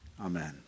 Amen